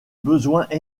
besoins